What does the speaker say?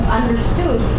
understood